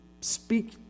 speak